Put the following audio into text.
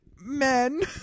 men